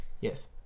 Yes